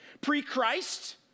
pre-christ